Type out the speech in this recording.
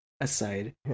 aside